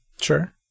Sure